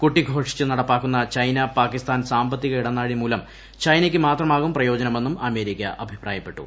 കൊട്ടിഘോഷിച്ച് നടപ്പാക്കുന്ന ചൈന പാകിസ്ഥാൻ സാമ്പത്തിക ഇടനാഴി മൂലം ചൈനയ്ക്കു മാത്രമാകും പ്രയോജനമെന്നും അമേരിക്ക അഭിപ്രായപ്പെട്ടു